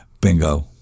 bingo